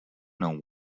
know